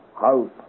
house